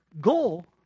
goal